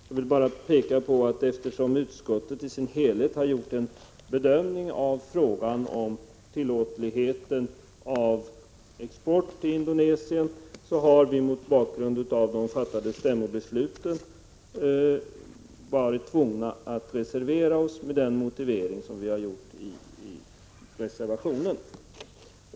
Jag vill bara peka på att eftersom utskottet i sin helhet har gjort en bedömning av frågan om tillåtligheten av export till Indonesien, så har vi mot bakgrund av det fattade stämmobeslutet varit tvungna att reservera oss med den motivering som vi har anfört i reservationen.